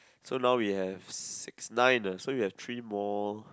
so now we have six nine ah so we have three more